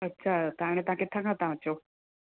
अच्छा त हाणे तव्हां किथां खां था अचो